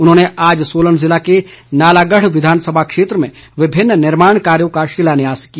उन्होंने आज सोलन जिले के नालागढ़ विधानसभा क्षेत्र में विभिन्न निर्माण कार्यो का शिलान्यास किया